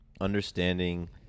understanding